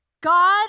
God